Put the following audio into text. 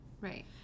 right